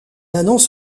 annonce